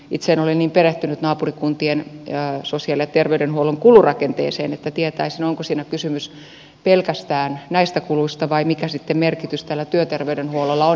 itse en ole niin perehtynyt naapurikuntien sosiaali ja terveydenhuollon kulurakenteeseen että tietäisin onko siinä kysymys pelkästään näistä kuluista vai mikä merkitys sitten tällä työterveyshuollolla on